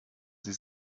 sie